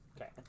Okay